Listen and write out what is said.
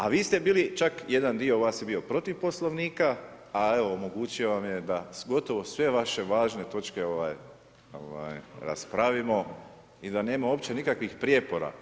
A vi ste bili, čak jedan dio vas je bio protiv Poslovnika, a evo, omogućio vam je da gotovo sve vaše važne točke raspravimo i da nema uopće nikakvih prijepora.